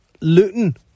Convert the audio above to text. Luton